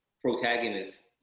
protagonist